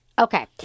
Okay